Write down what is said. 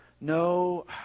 no